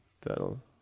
that'll